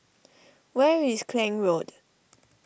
where is Klang Road